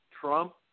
Trump